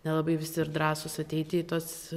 nelabai visi ir drąsūs ateiti į tuos